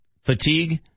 fatigue